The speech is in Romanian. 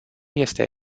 este